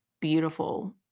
beautiful